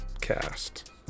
cast